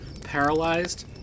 paralyzed